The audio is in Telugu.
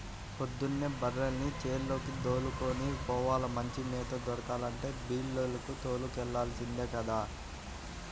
పొద్దున్నే బర్రెల్ని చేలకి దోలుకొని పోవాల, మంచి మేత దొరకాలంటే బీల్లకు తోలుకెల్లాల్సిందే గదా